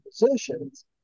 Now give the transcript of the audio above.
positions